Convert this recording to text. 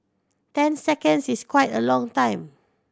ten seconds is quite a long time